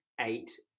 eight